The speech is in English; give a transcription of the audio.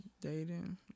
Dating